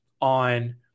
on